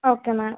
okay madam